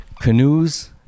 Canoes